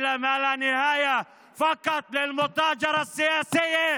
שאין לו סוף, רק בגלל סחר-מכר פוליטי?